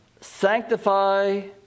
sanctify